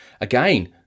again